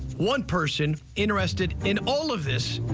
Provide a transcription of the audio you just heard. one person interested in all of this,